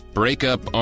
breakup